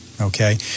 okay